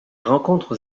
rencontres